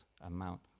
amount